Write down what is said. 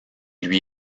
lui